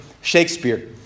Shakespeare